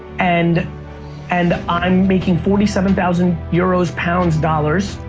and and i'm making forty seven thousand euros, pounds, dollars,